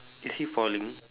is he falling